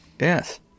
Yes